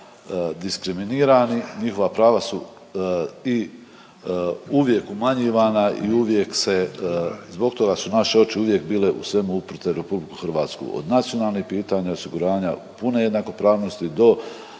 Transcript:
diskriminirani, njihova prava su i uvijek umanjivana i uvijek se zbog toga su naše oči uvijek bile u svemu uprte u RH. Od nacionalnih pitanja, osiguranja, pune jednakopravnosti do